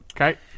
Okay